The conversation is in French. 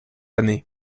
année